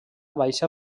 baixa